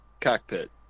cockpit